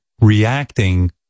reacting